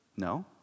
No